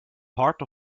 part